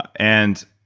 and